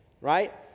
right